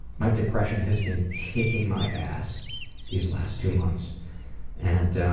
my depression has been kicking my ass these last two months and